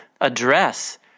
address